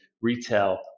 retail